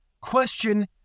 question